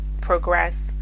progress